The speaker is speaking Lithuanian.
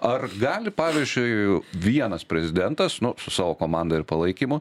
ar gali pavyzdžiui vienas prezidentas nu savo komanda ir palaikymu